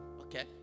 Okay